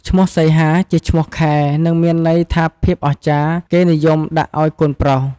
ឈ្មោះសីហា ជាឈ្មោះខែ និងមានន័យថាភាពអស្ចារ្យ គេនិយមដាក់ឲ្យកូនប្រុស។